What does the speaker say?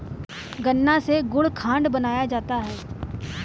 गन्ना से गुड़ खांड बनाया जाता है